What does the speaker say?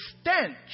stench